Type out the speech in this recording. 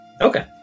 Okay